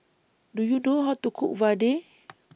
Do YOU know How to Cook Vadai